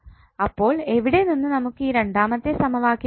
അപ്പോൾ എവിടെ നിന്ന് നമുക്ക് ഈ രണ്ടാമത്തെ സമവാക്യം കിട്ടും